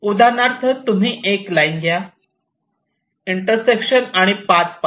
उदाहरणार्थ तुम्ही एक लाईन घ्या इंटरसेक्शन आणि पाथ पहा